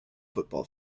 football